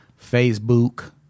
Facebook